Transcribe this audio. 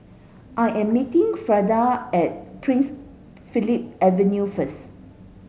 I am meeting Frida at Prince Philip Avenue first